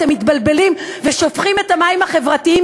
אתם מתבלבלים ושופכים את המים החברתיים